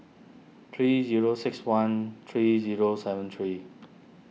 three zero six one three zero seven three